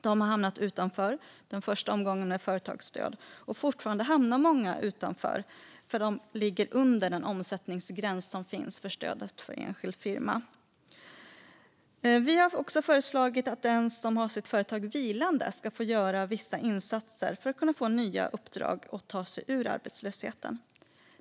De hamnade utanför den första omgången företagsstöd, och fortfarande hamnar många utanför eftersom de ligger under den omsättningsgräns som finns för stöd till enskild firma. Vi har också föreslagit att den som har sitt företag vilande ska få göra vissa insatser för att få nya uppdrag och ta sig ur arbetslöshet.